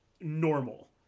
normal